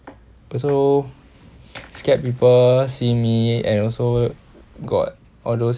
also scared people see me and also got all those